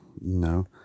no